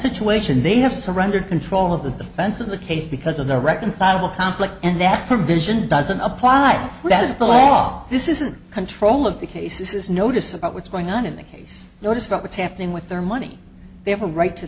situation they have surrendered control of the defense of the case because of the reconcilable conflict and that provision doesn't apply to all this isn't control of the cases notice about what's going on in the case notice about what's happening with their money they have a right to